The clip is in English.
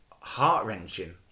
heart-wrenching